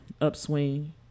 upswing